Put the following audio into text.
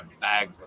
bag